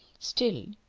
still,